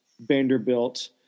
vanderbilt